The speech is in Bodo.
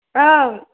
औ